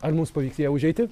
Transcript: ar mums pavyks į ją užeiti